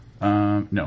No